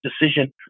decision